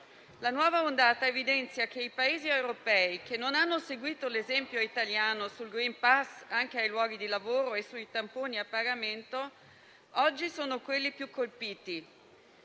La nuova ondata evidenzia che i Paesi europei, che non hanno seguito l'esempio italiano sul *green pass* anche nei luoghi di lavoro e sui tamponi a pagamento, oggi sono i più colpiti.